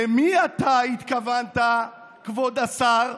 למי אתה התכוונת, כבוד השר?